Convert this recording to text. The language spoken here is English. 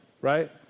right